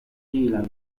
dylan